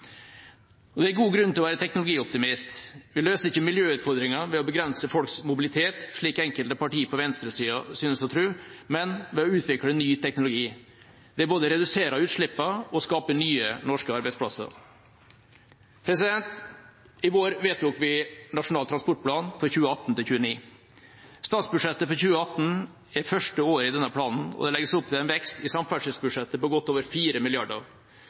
nullutslippsløsninger. Det er god grunn til å være teknologioptimist. Vi løser ikke miljøutfordringene ved å begrense folks mobilitet, slik enkelte partier på venstresida synes å tro, men ved å utvikle ny teknologi. Det både reduserer utslippene og skaper nye norske arbeidsplasser. I vår vedtok vi Nasjonal transportplan 2018–2029. Statsbudsjettet for 2018 er første året i denne planen, og det legges opp til en vekst i samferdselsbudsjettet på godt over